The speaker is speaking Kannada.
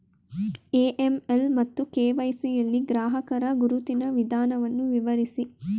ಎ.ಎಂ.ಎಲ್ ಮತ್ತು ಕೆ.ವೈ.ಸಿ ಯಲ್ಲಿ ಗ್ರಾಹಕರ ಗುರುತಿನ ವಿಧಾನವನ್ನು ವಿವರಿಸಿ?